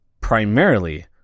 primarily